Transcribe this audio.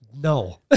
No